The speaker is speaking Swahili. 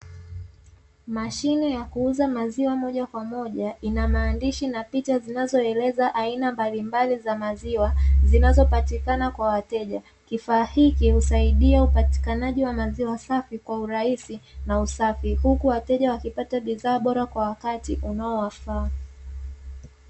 Mashine ya kuuza maziwa moja kwa moja, ina maandishi na picha zinazo eleza aina mbali mbali za maziwa zinazo patikana kwa wateja, kifaa hiki husaidia upatikanaji wa maziwa safi kwa urahisi na usafi, huku wateja wakipata bidhaa safi kwa wakati unao wafaa.